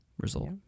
result